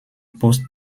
post